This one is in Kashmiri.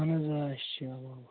اَہن حظ آ اَسہِ چھِ